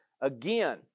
again